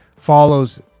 follows